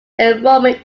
enrollment